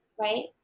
right